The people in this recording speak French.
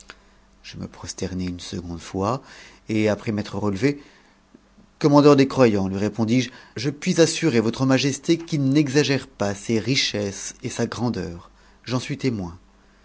je me prosternai une seconde fois et après m'être relevé commandeur des croyants lui répondis-je je puis assurer votre majesté f'it n'exagère pas ses richesses et sa grandeur j'en suis témoin